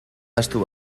ahaztu